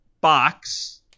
box